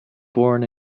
born